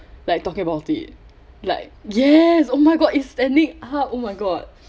like talking about it like yes oh my god it's standing up oh my god